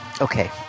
okay